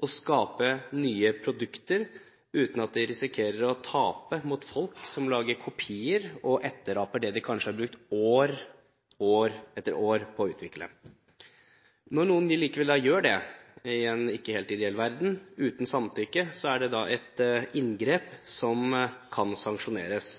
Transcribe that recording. og skape nye produkter, uten at de risikerer å tape mot folk som lager kopier og etteraper det de kanskje har brukt år etter år på å utvikle. Når noen likevel gjør dette – i en ikke helt ideell verden – uten samtykke, er det et inngrep som kan sanksjoneres.